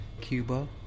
Cuba